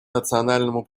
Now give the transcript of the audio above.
национальному